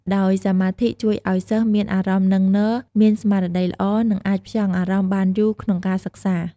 ដោយសមាធិជួយឲ្យសិស្សមានអារម្មណ៍នឹងនរ មានស្មារតីល្អ និងអាចផ្ចង់អារម្មណ៍បានយូរក្នុងការសិក្សា។